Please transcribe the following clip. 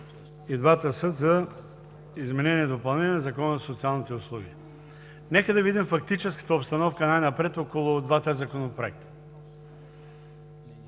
и двата са за изменение и допълнение на Закона за социалните услуги. Нека да видим фактическата обстановка най-напред около двата законопроекта.